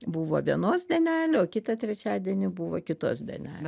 buvo vienos dienelė o kitą trečiadienį buvo kitos dienelė